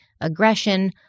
aggression